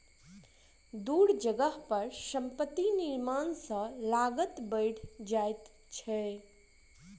दूर जगह पर संपत्ति निर्माण सॅ लागत बैढ़ जाइ छै